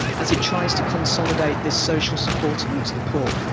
as it tries to consolidate this social support amongst the poor.